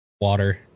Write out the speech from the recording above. water